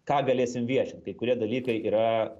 ką galėsim viešint kai kurie dalykai yra